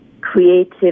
creative